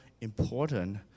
important